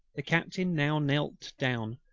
the captain now knelt down,